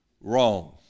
Wrong